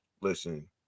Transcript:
listen